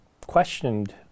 Questioned